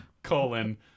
colon